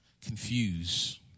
confuse